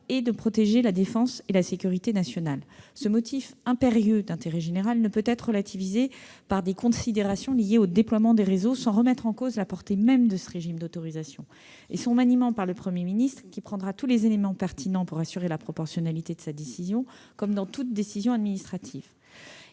but de protéger la défense et la sécurité nationales. On ne peut relativiser ce motif impérieux d'intérêt général par des considérations liées au déploiement des réseaux sans remettre en cause la portée même de ce régime d'autorisation et son maniement par le Premier ministre, qui prendra en compte tous les éléments pertinents pour assurer la proportionnalité de sa décision, comme de toute décision administrative.